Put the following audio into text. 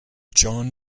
john